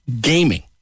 gaming